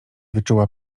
wyczuła